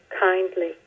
kindly